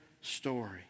story